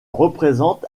représente